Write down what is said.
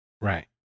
Right